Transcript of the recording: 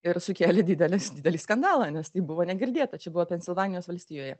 ir sukėlė didelį didelį skandalą nes tai buvo negirdėta čia buvo pensilvanijos valstijoje